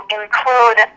include